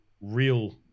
real